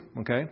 Okay